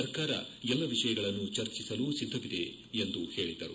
ಸರ್ಕಾರ ಎಲ್ಲ ವಿಷಯಗಳನ್ನು ಚರ್ಚಿಸಲು ಸಿದ್ದವಿದೆ ಎಂದು ಹೇಳಿದರು